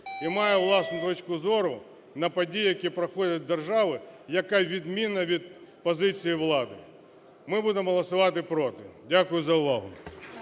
і має власну точку зору на події, які проходять у державі, яка відмінна від позиції влади. Ми будемо голосувати проти. Дякую за увагу.